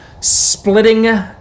splitting